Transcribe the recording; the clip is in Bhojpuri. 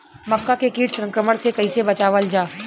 मक्का के कीट संक्रमण से कइसे बचावल जा?